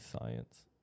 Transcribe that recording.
science